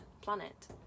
planet